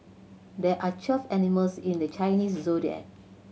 there are twelve animals in the Chinese Zodiac